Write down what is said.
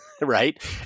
right